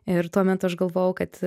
ir tuomet aš galvojau kad